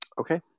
Okay